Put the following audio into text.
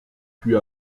puis